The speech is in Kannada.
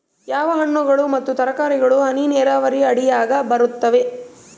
ಯಾವ ಹಣ್ಣುಗಳು ಮತ್ತು ತರಕಾರಿಗಳು ಹನಿ ನೇರಾವರಿ ಅಡಿಯಾಗ ಬರುತ್ತವೆ?